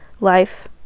life